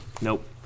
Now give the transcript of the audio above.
nope